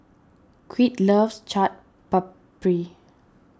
Creed loves Chaat Papri